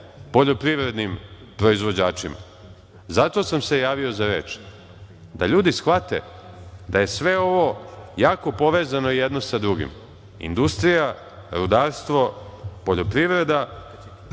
poljoprivrednim proizvođačima. Zato sam se javio za reč. Da ljudi shvate da je sve ovo jako povezano jedno sa drugim. Industrija, rudarstvo, poljoprivreda